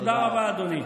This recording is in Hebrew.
תודה רבה, אדוני.